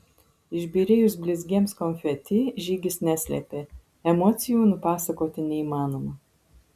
išbyrėjus blizgiems konfeti žygis neslėpė emocijų nupasakoti neįmanoma